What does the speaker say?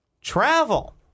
Travel